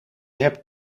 hebt